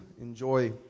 enjoy